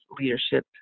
leadership